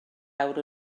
awr